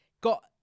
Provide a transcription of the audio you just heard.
got